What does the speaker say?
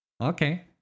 Okay